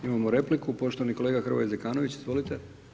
Imamo repliku, poštovani kolega Hrvoje Zekanović, izvolite.